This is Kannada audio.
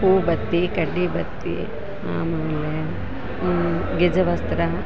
ಹೂವು ಬತ್ತಿ ಕಡ್ಡಿ ಬತ್ತಿ ಆಮೇಲೆ ಗೆಜವಸ್ತ್ರ